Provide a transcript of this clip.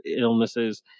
illnesses